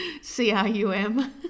C-R-U-M